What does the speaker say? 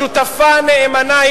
שותפה נאמנה,